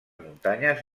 muntanyes